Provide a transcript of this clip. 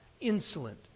insolent